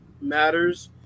matters